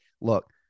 Look